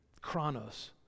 chronos